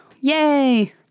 Yay